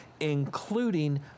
Including